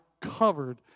covered